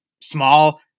small